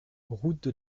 route